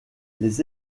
les